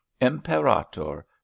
Imperator